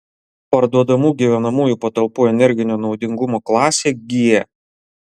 parduodamų gyvenamųjų patalpų energinio naudingumo klasė g